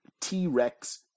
T-Rex